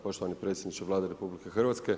Poštovani predsjedniče Vlade RH.